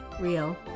real